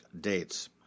dates